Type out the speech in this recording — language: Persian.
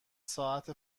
ساعت